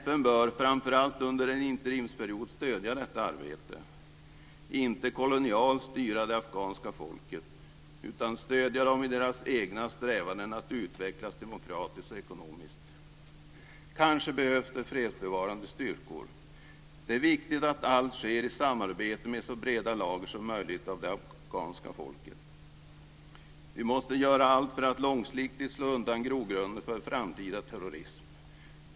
FN bör, framför allt under en interimsperiod, stödja detta arbete och inte kolonialt styra det afghanska folket utan stödja dem i deras egna strävanden att utvecklas demokratiskt och ekonomiskt. Kanske behövs det fredsbevarande styrkor. Det är viktigt att allt sker i samarbete med så breda lager som möjligt av det afghanska folket. Vi måste göra allt för att långsiktigt slå ut grogrunden för framtida terrorism.